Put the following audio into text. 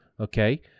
okay